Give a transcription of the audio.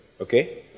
Okay